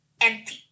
empty